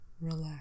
relax